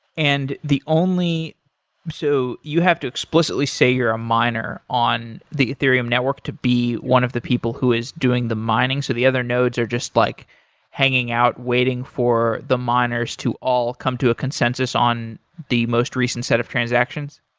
and the only so you have to explicitly say you're a miner on the ethereum network to be one of the people who is going to mining so the other nodes are just like hanging out waiting for the miners to all come to a consensus on the most recent set of transactions.